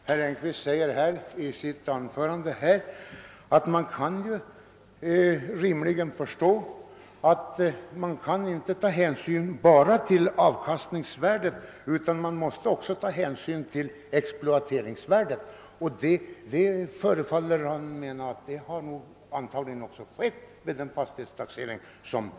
Herr talman! Herr Engkvist sade att det är rimligt att ta hänsyn inte bara till avkastningsvärdet utan även till exploateringsvärdet, och det föreföll som om han menade att detta har gjorts vid fastighetstaxeringen.